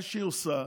מה שהיא עושה,